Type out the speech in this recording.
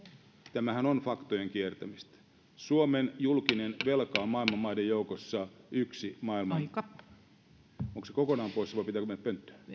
tämähän on faktojen kiertämistä suomen julkinen velka on maailman maiden joukossa yksi maailman onko se kokonaan pois vai pitääkö mennä pönttöön